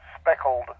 speckled